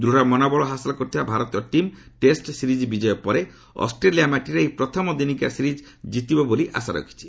ଦୂଢ଼ ମନୋବଳ ହାସଲ କରିଥିବା ଭାରତୀୟ ଟିମ୍ ଟେଷ୍ଟ ସିରିଜ୍ ବିଜୟ ପରେ ଅଷ୍ଟ୍ରେଲିଆ ମାଟିରେ ଏହି ପ୍ରଥମ ଦିନିକିଆ ସିରିଜ୍ ଜିତିବ ବୋଲି ଆଶା ରଖିଛି